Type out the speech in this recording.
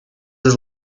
his